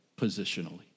positionally